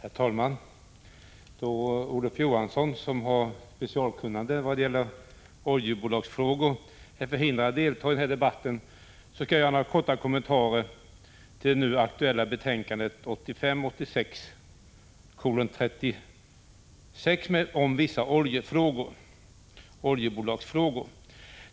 Herr talman! Då Olof Johansson, som har specialkunnande vad avser oljebolagsfrågorna, är förhindrad att delta i denna debatt, skall jag göra några korta kommentarer till det nu aktuella betänkandet 1985/86:36 om vissa oljebolagsfrågor.